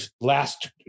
last